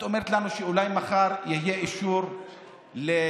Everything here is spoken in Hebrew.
את אומרת לנו שאולי מחר יהיה אישור לקייב,